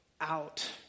out